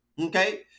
Okay